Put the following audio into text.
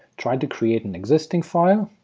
try to create an existing file,